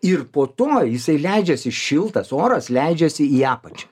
ir po to jisai leidžiasi šiltas oras leidžiasi į apačią